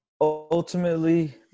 ultimately